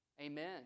Amen